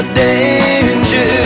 danger